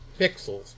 Pixels